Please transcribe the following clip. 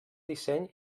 disseny